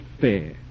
fair